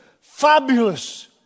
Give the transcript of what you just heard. fabulous